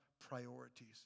priorities